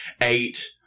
Eight